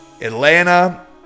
Atlanta